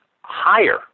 higher